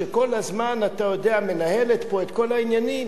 שכל הזמן מנהלת פה את כל העניינים,